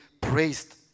praised